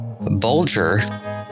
Bulger